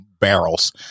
barrels